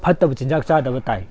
ꯐꯠꯇꯕ ꯆꯤꯟꯖꯥꯛ ꯆꯥꯗꯕ ꯇꯥꯏ